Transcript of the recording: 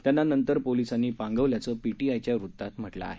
त्यांना नंतर पोलिसांनी पांगवल्याचं पीटीआयच्या बातमीत म्हटलं आहे